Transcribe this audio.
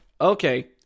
Okay